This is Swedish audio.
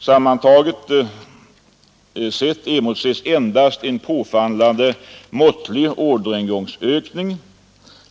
Sammantaget sett emotses endast en påfallande måttlig orderingångsökning.